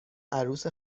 عروس